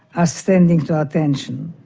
are standing to attention.